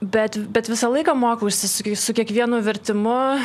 bet bet visą laiką mokiausi su su kiekvienu vertimu